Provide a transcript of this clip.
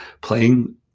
playing